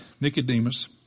Nicodemus